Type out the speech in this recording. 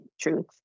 truth